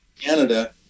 Canada